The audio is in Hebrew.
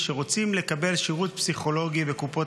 שרוצים לקבל שירות פסיכולוגי בקופות